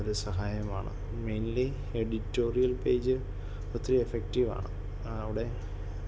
ഒരു സഹായമാണ് mainly editorial page ഒത്തിരി എഫക്റ്റീവ് ആണ് അവിടെ